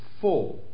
Four